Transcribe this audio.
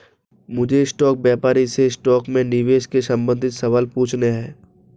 मुझे स्टॉक व्यापारी से स्टॉक में निवेश के संबंधित सवाल पूछने है